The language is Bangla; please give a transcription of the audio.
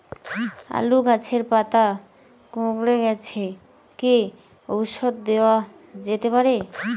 আলু গাছের পাতা কুকরে গেছে কি ঔষধ দেওয়া যেতে পারে?